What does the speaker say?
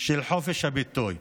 של חופש הביטוי.